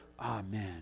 Amen